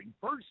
First